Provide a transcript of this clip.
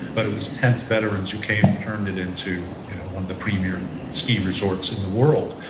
but it was tenth veterans who came and turned it into one the premier ski resorts in the world.